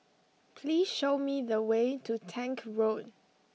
please show me the way to Tank Road